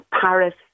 Paris